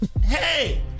Hey